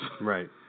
Right